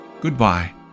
Goodbye